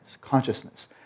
consciousness